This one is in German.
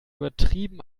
übertrieben